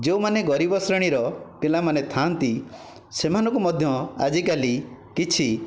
ଯେଉଁମାନେ ଗରିବ ଶ୍ରେଣୀର ପିଲାମାନେ ଥାଆନ୍ତି ସେମାନଙ୍କୁ ମଧ୍ୟ ଆଜିକାଲି କିଛି